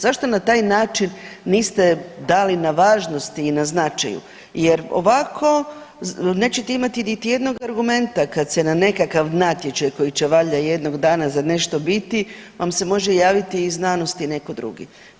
Zašto se, zašto na taj način niste dali na važnosti i na značaju jer ovako nećete imati niti jednoga argumenta kad se na nekakav natječaj koji će valjda jednog dana za nešto biti vam se može javiti iz znanosti netko drugi.